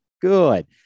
Good